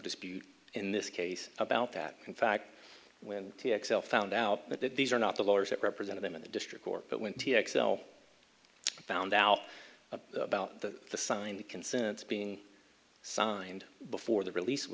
dispute in this case about that in fact when the excel found out that these are not the lawyers that represented them in the district court but when t x l found out about the sign the consent being signed before the release